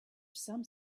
some